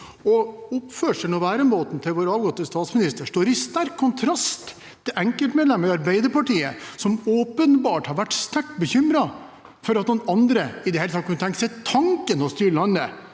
Oppførselen og væremåten til vår avgåtte statsminister står i sterk kontrast til enkeltmedlemmer i Arbeiderpartiet, som åpenbart har vært sterkt bekymret for at noen andre i det hele tatt kunne tenke tanken om å styre landet